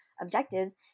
objectives